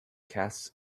casts